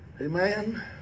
Amen